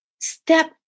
Step